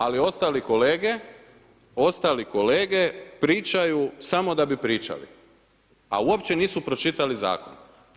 Ali ostali kolege, ostali kolege pričaju samo da bi pričali, a uopće nisu pročitali zakon.